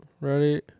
Ready